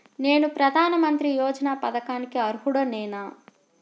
నేను ప్రధాని మంత్రి యోజన పథకానికి అర్హుడ నేన?